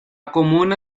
comuna